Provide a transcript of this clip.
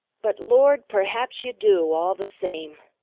but lord perhaps ye do, all the same!